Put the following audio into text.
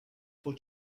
for